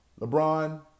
LeBron